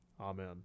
Amen